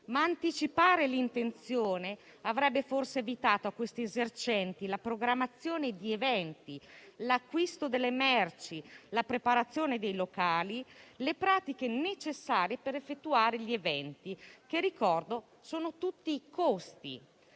ma anticipare l'intenzione avrebbe forse evitato a questi esercenti la programmazione di eventi, l'acquisto delle merci, la preparazione dei locali e le pratiche necessarie per effettuare gli eventi (che sono tutti costi).